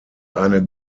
eine